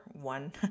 one